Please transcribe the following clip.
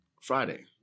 Friday